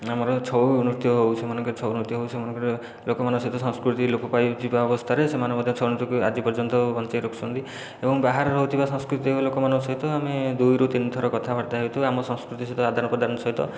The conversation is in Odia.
ଆମର ଛଉ ନୃତ୍ୟ ହେଉ ସେମାନଙ୍କର ଛଉ ନୃତ୍ୟ ହେଉ ସେମାନଙ୍କର ଲୋକମାନଙ୍କ ସହିତ ସଂସ୍କୃତି ଲୋପ ପାଇ ଯିବା ଅବସ୍ଥାରେ ସେମାନେ ମଧ୍ୟ ଛଉ ନୃତ୍ୟକୁ ଆଜି ପର୍ଯ୍ୟନ୍ତ ବଞ୍ଚାଇ ରଖୁଛନ୍ତି ଏବଂ ବାହାରେ ରହୁଥିବା ସଂସ୍କୃତି ଲୋକମାନଙ୍କ ସହିତ ଆମେ ଦୁଇରୁ ତିନିଥର କଥାବାର୍ତ୍ତା ହେତୁ ଆମ ସଂସ୍କୃତି ସହିତ ଆଦାନ ପ୍ରଦାନ ସହିତ